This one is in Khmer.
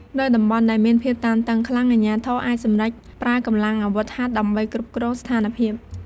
នៅតំបន់ដែលមានភាពតានតឹងខ្លាំង អាជ្ញាធរអាចសម្រេចប្រើកម្លាំងអាវុធហត្ថដើម្បីគ្រប់គ្រងស្ថានភាព។